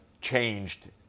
changed